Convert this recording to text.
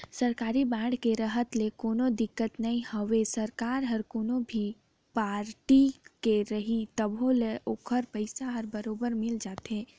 सरकारी बांड के रहत ले कोनो दिक्कत नई होवे सरकार हर कोनो भी पारटी के रही तभो ले ओखर पइसा हर बरोबर मिल जाथे